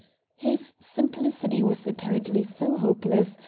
his simplicity was apparently so hopeless,